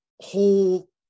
Whole